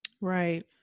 Right